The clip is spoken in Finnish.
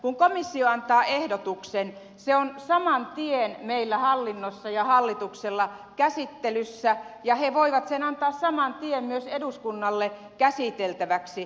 kun komissio antaa ehdotuksen se on saman tien meillä hallinnossa ja hallituksella käsittelyssä ja he voivat sen antaa saman tien myös eduskunnalle käsiteltäväksi